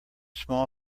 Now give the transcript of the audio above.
small